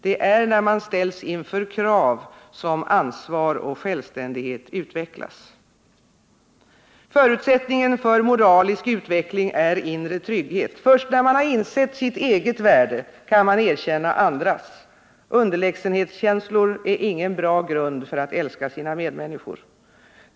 Det är när man ställs inför krav som ansvar och självständighet utvecklas. Förutsättningen för moralisk utveckling är inre trygghet. Först när man insett sitt eget värde, kan man erkänna andras; underlägsenhetskänslor är ingen bra grund för att älska sina medmänniskor.